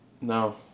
No